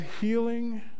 healing